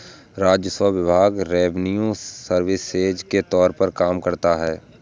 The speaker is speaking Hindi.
राजस्व विभाग रिवेन्यू सर्विसेज के तौर पर काम करता है